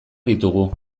ditugu